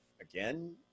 again